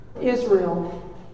Israel